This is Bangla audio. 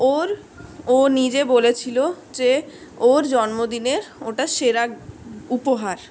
ওর ও নিজে বলেছিলো যে ওর জন্মদিনের ওটা সেরা উপহার